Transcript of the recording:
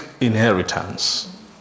inheritance